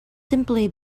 simply